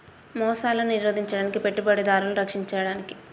మోసాలను నిరోధించడానికి, పెట్టుబడిదారులను రక్షించడానికి